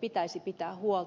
pitäisi pitää huolta